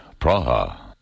Praha